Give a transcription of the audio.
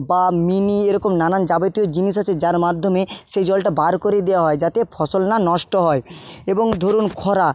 বা মিনি এরকম নানান যাবতীয় জিনিস আছে যার মাধ্যমে সেই জলটা বার করে দেওয়া হয় যাতে ফসল না নষ্ট হয় এবং ধরুন খরা